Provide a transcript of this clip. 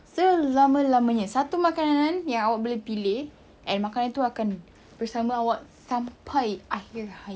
selama-lamanya satu makanan yang awak boleh pilih and makanan itu akan bersama awak sampai akhir hayat